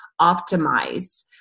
optimize